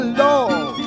lord